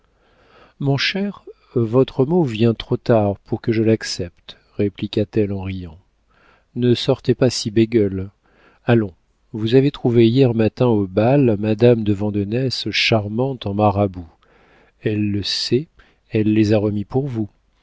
mon cher votre mot vient trop tard pour que je l'accepte répliqua-t-elle en riant ne soyez pas si bégueule allons vous avez trouvé hier matin au bal madame de vandenesse charmante en marabouts elle le sait elle les a remis pour vous